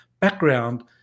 Background